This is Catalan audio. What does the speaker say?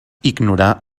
ignorar